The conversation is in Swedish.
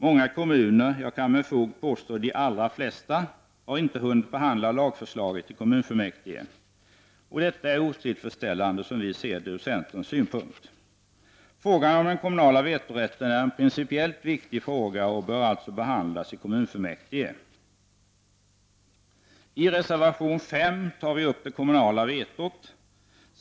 Många kommuner — jag kan med fog påstå de allra flesta — har inte hunnit behandla lagförslaget i kommunfullmäktige. Detta är otillfredsställande. Frågan om den kommunala vetorätten är en principiellt viktig fråga och bör alltså behandlas i kommunfullmäktige. I reservation 5 tar vi upp det kommunala vetot.